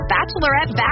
Bachelorette